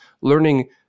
learning